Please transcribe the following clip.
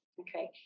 Okay